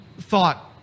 thought